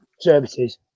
services